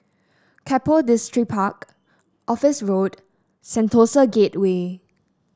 Keppel Distripark Office Road Sentosa Gateway